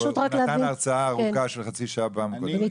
הוא נתן בפעם הקודמת הרצאה ארוכה,